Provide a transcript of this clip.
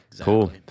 cool